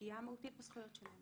פגיעה מהותית בזכויות שלהם.